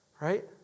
Right